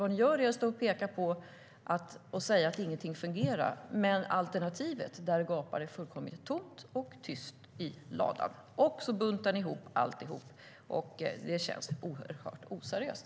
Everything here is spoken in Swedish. De säger och pekar på att ingenting fungerar. Men i fråga om alternativet är det fullkomligt tomt och tyst. Och de buntar ihop alltihop. Det känns oerhört oseriöst.